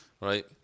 Right